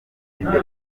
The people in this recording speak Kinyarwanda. b’imbere